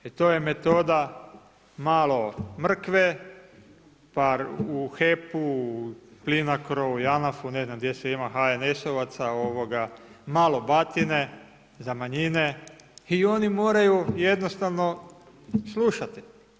Jer to je metoda malo mrkve, pa u HEP-u Plinacro, JANAF, ne znam gdje sve ima HNS-ovaca, malo batine, za manjine i oni moraju jednostavno slušati.